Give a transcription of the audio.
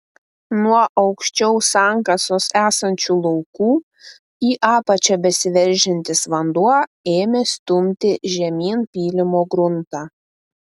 nuo aukščiau sankasos esančių laukų į apačią besiveržiantis vanduo ėmė stumti žemyn pylimo gruntą